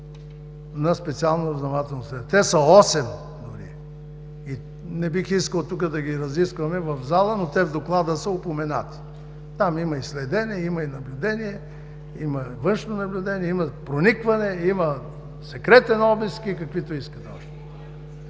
на специално разузнавателно средство. Те са осем. Не бих искал да ги разискваме тук, в залата, но в Доклада са упоменати. Там има и следене, има и наблюдение, има външно наблюдение, има проникване, има секретен обиск и каквито искате още.